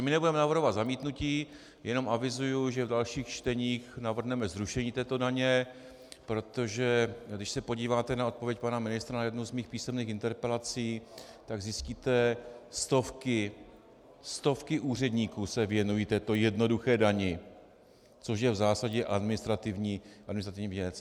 Nebudeme navrhovat zamítnutí, jenom avizuji, že v dalších čteních navrhneme zrušení této daně, protože když se podíváte na odpověď pana ministra na jednu z mých písemných interpelací, tak zjistíte stovky, stovky úředníků se věnují této jednoduché dani, což je v zásadě administrativní věc.